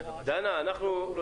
אני מניח שזה יהיה מספר חודשים,